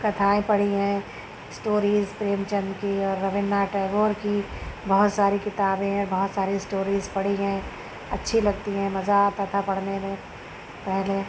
کتھائیں پڑھی ہیں اسٹوریز پریم چند کی اور ربندرناتھ ٹیگور کی بہت ساری کتابیں ہیں بہت سارے اسٹوریز پڑھی ہیں اچّھی لگتی ہیں مزہ آتا تھا پڑھنے میں پہلے